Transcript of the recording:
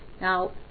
Now